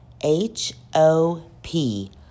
H-O-P